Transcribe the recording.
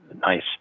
Nice